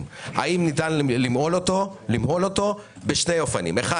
האם ניתן למהול אותו בשני אופנים אחד,